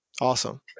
Awesome